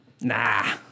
Nah